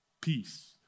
peace